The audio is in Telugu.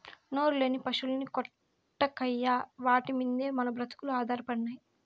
నోరులేని పశుల్ని కొట్టకయ్యా వాటి మిందే మన బ్రతుకులు ఆధారపడినై